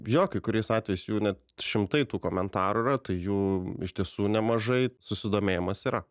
jo kai kuriais atvejais jų net šimtai tų komentarų yra tai jų iš tiesų nemažai susidomėjimas yra